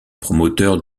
promoteur